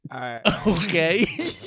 Okay